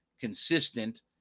consistent